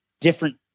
different